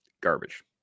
Garbage